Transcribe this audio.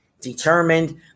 determined